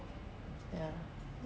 ya